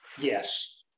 Yes